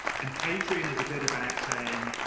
and patreon is a bit about saying,